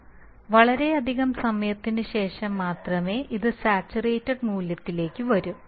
അതിനാൽ വളരെയധികം സമയത്തിന് ശേഷം മാത്രമേ ഇത് സാച്ചുറേറ്റഡ് മൂല്യത്തിലേക്ക് വരൂ